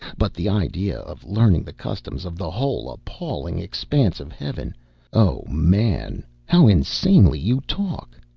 but the idea of learning the customs of the whole appalling expanse of heaven o man, how insanely you talk!